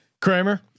Kramer